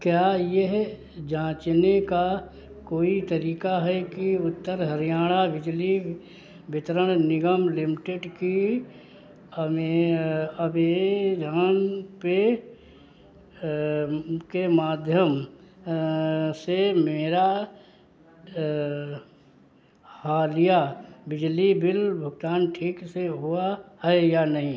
क्या यह जाँचने का कोई तरीका है कि उत्तर हरियाणा बिजली वितरण निगम लिमटेड की अबेजान पे के माध्यम से मेरा हालिया बिजली बिल भुगतान ठीक से हुआ है या नहीं